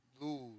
lose